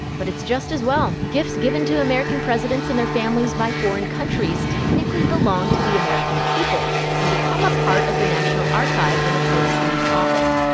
but it's just as well. gifts given to american presidents and their families by foreign countries technically belong to the american people and become a part of the national archive when a potus leaves office.